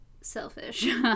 selfish